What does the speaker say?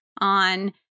on